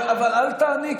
אבל אל תעני,